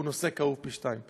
הוא נושא כאוב פי שניים.